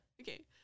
Okay